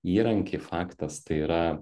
įrankiai faktas tai yra